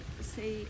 say